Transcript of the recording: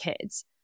kids